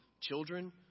children